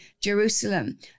Jerusalem